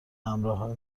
همراه